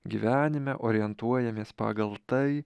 gyvenime orientuojamės pagal tai